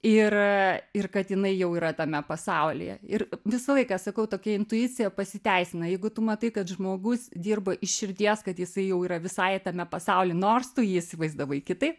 ir ir kad jinai jau yra tame pasaulyje ir visą laiką sakau tokia intuicija pasiteisina jeigu tu matai kad žmogus dirba iš širdies kad jisai jau yra visai tame pasauly nors tu jį įsivaizdavai kitaip